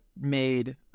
made